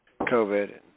COVID